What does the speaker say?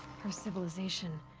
her civilization.